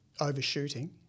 overshooting